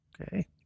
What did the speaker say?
Okay